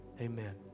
Amen